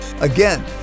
Again